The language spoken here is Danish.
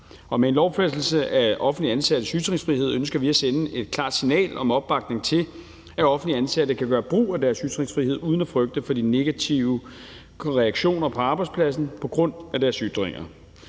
Med en lovfæstelse af offentligt ansattes ytringsfrihed ønsker vi at sende et klart signal om opbakning til, at offentligt ansatte kan gøre brug af deres ytringsfrihed uden at frygte for de negative reaktioner på arbejdspladsen på grund af deres ytringer.